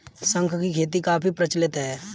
शंख की खेती काफी प्रचलित है